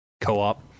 Co-op